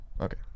Okay